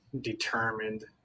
determined